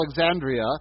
Alexandria